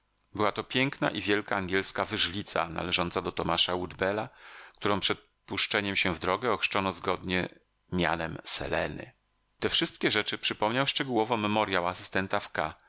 była to piękna i wielka angielska wyżlica należąca do tomasza woodbella którą przed puszczeniem się w drogę ochrzczono zgodnie mianem seleny te wszystkie rzeczy przypomniał szczegółowo memorjał asystenta w